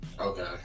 Okay